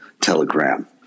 telegram